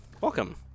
Welcome